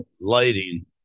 lighting